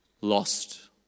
lost